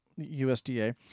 USDA